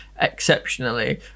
exceptionally